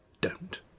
don't